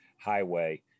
highway